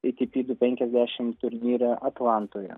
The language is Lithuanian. i ti pi du šimtai penkiasdešimt turnyre atlantoje